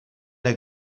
der